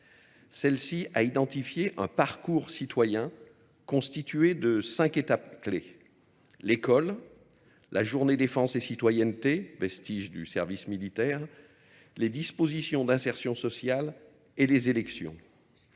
Celle-ci a identifié un parcours citoyen constitué de cinq étapes clés. L'école, la journée défense et citoyenneté, vestige du service militaire, les dispositions d'insertion sociale et les élections.